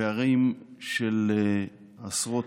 פערים של עשרות